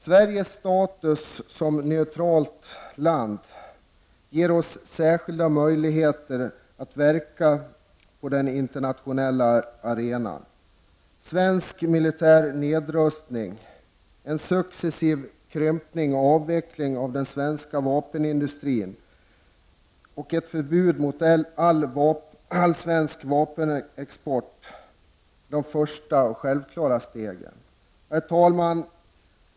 Sveriges status som neutralt land ger oss särskilda möjligheter att verka på den internationella arenan. Svensk militär nedrustning, en successiv krympning och avveckling av den svenska vapenindustrin och ett förbud mot all svensk vapenexport är de första och självklara stegen. Herr talman!